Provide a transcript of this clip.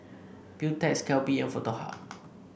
Beautex Calbee and Foto Hub